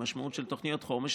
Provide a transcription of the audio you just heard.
במשמעות של תוכניות חומש,